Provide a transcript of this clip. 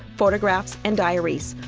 photographs, and diaries